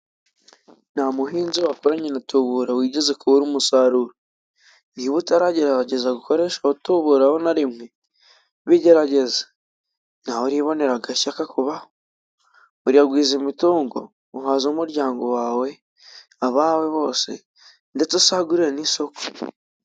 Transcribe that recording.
Nta muhinza wakoranye na tubura wigeze kubura umusaruro. Niba utaragerageza gukoresha ho tubura ho na rimwe bigerageze! Nawe uribonera agashya kakubaho. Biragwiza imitungo, uhaza umuryango wawe, abawe bose, ndetse usagurire n'isoko.